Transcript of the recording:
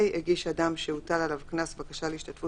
הגיש אדם שהוטל עליו קנס בקשה להשתתפות